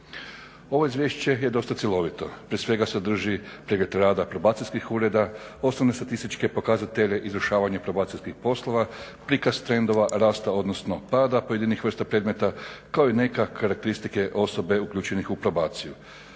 Ovo izvješće je dosta cjelovito, prije svega sadrži … rada probacijskih ureda, osnovne statističke pokazatelje, izvršavanja probacijskih poslova, prikaz trendova, rasta odnosno pada pojedinih vrsta predmeta kao i nekakve karakteristike osoba uključenih u probaciju.